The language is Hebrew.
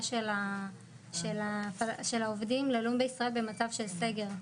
של העובדים ללון בישראל במצב של סגר.